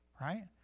Right